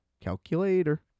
Calculator